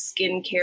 skincare